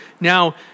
now